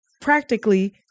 practically